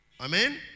Amen